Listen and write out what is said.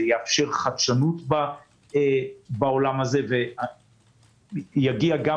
זה יאפשר חדשנות בעולם הזה ויגיע גם